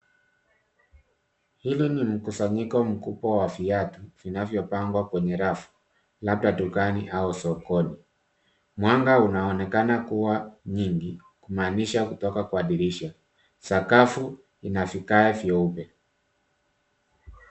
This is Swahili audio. Hili ni mkusanyiko mkubwa wa viatu vinavyopangwa kwenye rafu, labda dukani au sokoni. Mwanga unaonekana kuwa nyingi, kumaanisha unatoka kwa dirisha. Sakafu ina vigae vyeupe.